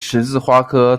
十字花科